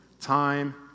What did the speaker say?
time